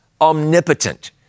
omnipotent